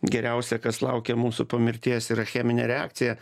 geriausia kas laukia mūsų po mirties yra cheminė reakcija